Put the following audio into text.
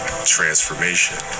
transformation